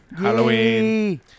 Halloween